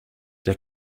der